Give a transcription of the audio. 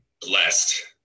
blessed